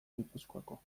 gipuzkoako